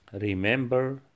remember